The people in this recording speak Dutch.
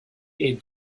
eet